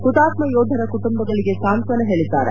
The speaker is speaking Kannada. ಹುತಾತ್ನ ಯೋಧರ ಕುಟುಂಬಗಳಿಗೆ ಸಾಂತ್ವನ ಹೇಳಿದ್ದಾರೆ